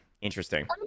interesting